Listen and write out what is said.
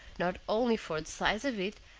not only for the size of it,